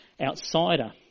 outsider